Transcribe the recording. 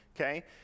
Okay